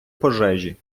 пожежі